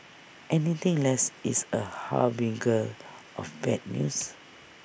anything less is A harbinger of bad news